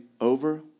over